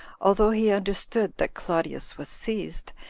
although he understood that claudius was seized,